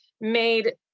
made